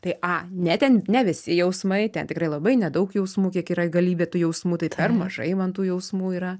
tai a ne ten ne visi jausmai ten tikrai labai nedaug jausmų kiek yra galybė tų jausmų tai per mažai man tų jausmų yra